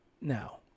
Now